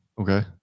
Okay